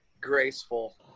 graceful